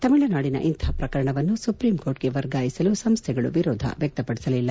ತಮಿಳುನಾಡಿನ ಇಂತಹ ಪ್ರಕರಣವನ್ನು ಸುಪ್ರೀಂ ಕೋರ್ಟ್ಗೆ ವರ್ಗಾಯಿಸಲು ಸಂಸ್ವೆಗಳು ವಿರೋಧ ವ್ಯಕ್ತಪಡಿಸಲಿಲ್ಲ